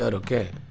okay!